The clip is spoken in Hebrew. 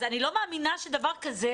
אז אני לא מאמינה שדבר כזה,